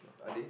are they